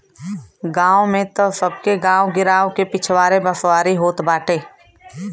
गांव में तअ सबके गांव गिरांव के पिछवारे बसवारी होत बाटे